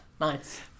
Nice